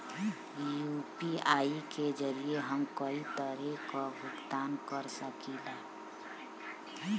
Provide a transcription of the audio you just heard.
UPI के जरिये हम कई तरे क भुगतान कर सकीला